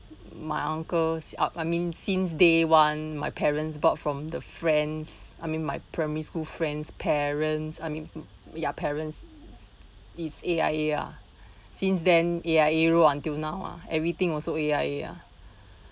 my uncle's out I mean since day one my parents bought from the friends I mean my primary school friends parents I mean ya parents it's A_I_A ah since then A_I_A row until now everything also A_I_A ah